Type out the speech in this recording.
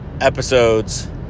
episodes